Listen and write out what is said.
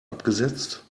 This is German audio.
abgesetzt